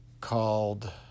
called